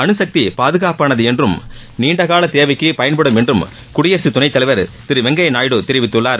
அனுசக்தி பாதுகாப்பானது என்றும் நீண்ட கால தேவைக்கு பயன்படும் என்றும் குடியரசு துணை தலைவர் திரு வெங்கையா நாயுடு தெரிவித்துள்ளார்